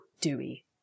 Dewey